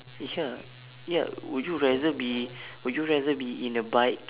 ya ya would you rather be would you rather be in a bike